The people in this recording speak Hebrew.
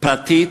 פרטית